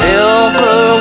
Silver